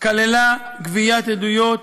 וכללה גביית עדויות